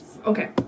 Okay